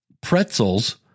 pretzels